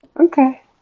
Okay